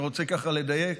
ואני רוצה ככה לדייק,